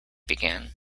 began